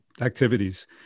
activities